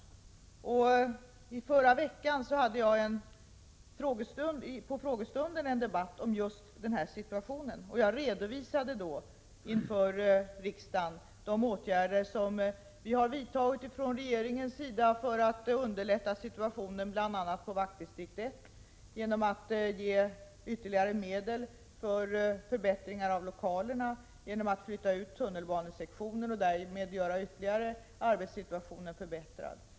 I förra veckan hade jag under frågestunden en debatt om just den här situationen. Jag redovisade då inför riksdagen de åtgärder som vi har vidtagit från regeringens sida för att underlätta situationen, bl.a. på vaktdistrikt 1 genom att ge ytterligare medel för förbättringar av lokalerna och genom att flytta ut tunnelbanesektionen och därmed göra arbetssituationen ytterligare förbättrad.